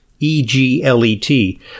E-G-L-E-T